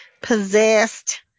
possessed